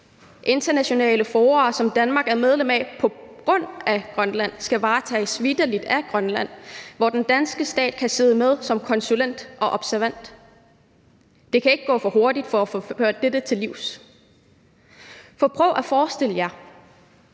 Internationale fora, som Danmark er medlem af på grund af Grønland, skal vitterlig varetages af Grønland, hvor den danske stat kan sidde med som konsulent og observatør. Det kan ikke gå for hurtigt at få dette ført ud i livet. Prøv at forestille jer,